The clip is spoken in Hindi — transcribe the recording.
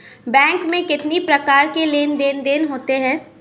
बैंक में कितनी प्रकार के लेन देन देन होते हैं?